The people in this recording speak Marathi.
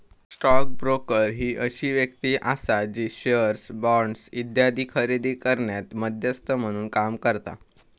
स्टॉक ब्रोकर ही अशी व्यक्ती आसा जी शेअर्स, बॉण्ड्स इत्यादी खरेदी करण्यात मध्यस्थ म्हणून काम करता